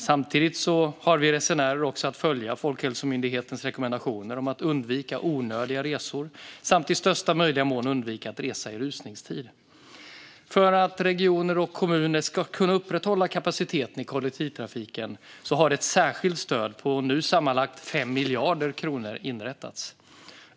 Samtidigt har vi resenärer också att följa Folkhälsomyndighetens rekommendationer om att undvika onödiga resor samt att i största möjliga mån undvika att resa i rusningstid. För att regioner och kommuner ska kunna upprätthålla kapaciteten i kollektivtrafiken har ett särskilt stöd på nu sammanlagt 5 miljarder kronor inrättats.